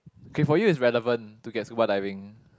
okay for you is relevant to get scuba diving